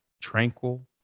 tranquil